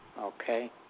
Okay